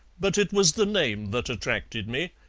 but it was the name that attracted me.